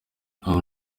ubu